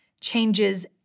changes